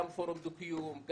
גם פורום דו-קיום,